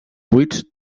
buits